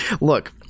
look